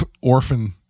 orphan